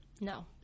No